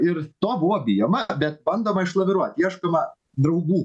ir to buvo bijoma bet bandoma išlaviruot ieškoma draugų